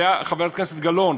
חברת הכנסת גלאון,